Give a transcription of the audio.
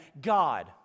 God